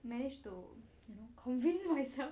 manage to convince myself